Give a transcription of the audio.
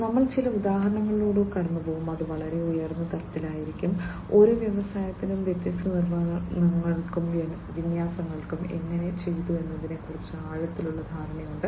ഞങ്ങൾ ചില ഉദാഹരണങ്ങളിലൂടെ കടന്നുപോകും അത് വളരെ ഉയർന്ന തലത്തിലായിരിക്കും ഓരോ വ്യവസായത്തിനും വ്യത്യസ്ത നിർവ്വഹണങ്ങളും വിന്യാസങ്ങളും എങ്ങനെ ചെയ്തു എന്നതിനെക്കുറിച്ച് ആഴത്തിലുള്ള ധാരണയുണ്ട്